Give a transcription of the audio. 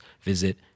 visit